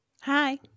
Hi